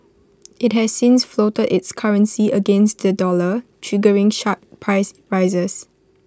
IT has since floated its currency against the dollar triggering sharp price rises